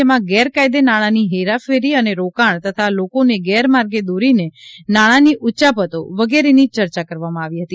જેમાં ગેરકાયદે નાણાંની હેરાફેરી અને રોકાણ તથા લોકોને ગેરમાર્ગે દોરીને નાણાની ઉચાપતો વગેરેની ચર્ચા કરવામાં આવી હતી